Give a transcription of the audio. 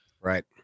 Right